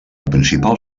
principal